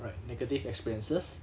right negative experiences